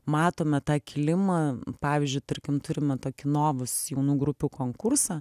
matome tą kilimą pavyzdžiui tarkim turime tokį novus jaunų grupių konkursą